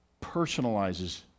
personalizes